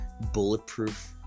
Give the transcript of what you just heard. Bulletproof